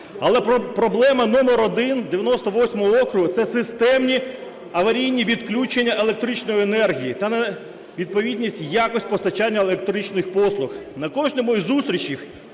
Але проблема номер один 98 округу – це системні аварійні відключення електричної енергії та невідповідність якості постачання електричних послуг. На кожній із зустрічей